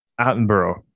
Attenborough